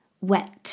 wet